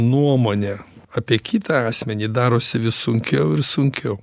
nuomonę apie kitą asmenį darosi vis sunkiau ir sunkiau